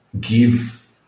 give